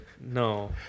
no